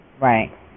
Right